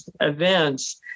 events